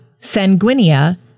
Sanguinea